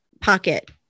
pocket